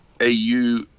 AU